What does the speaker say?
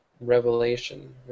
revelation